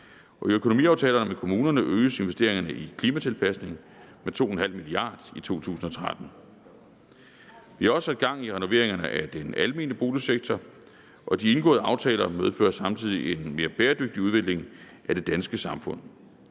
i økonomiaftalerne med kommunerne øges investeringerne i klimatilpasning med 2½ mia. kr. i 2013. Vi har også sat gang i renoveringerne af den almene boligsektor, og de indgåede aftaler medfører samtidig en mere bæredygtig udvikling af det danske samfund.